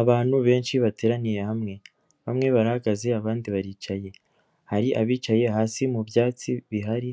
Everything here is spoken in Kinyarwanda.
Abantu benshi bateraniye hamwe bamwe bahagaze abandi baricaye hari abicaye hasi mu byatsi bihari,